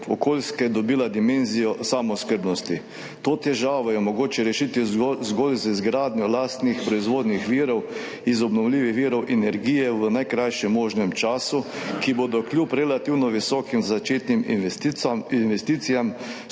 okoljske dobila dimenzijo samooskrbnosti. To težavo je mogoče rešiti zgolj z izgradnjo lastnih proizvodnih virov iz obnovljivih virov energije v najkrajšem možnem času, ki bodo kljub relativno visokim začetnim investicijam